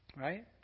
right